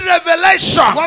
Revelation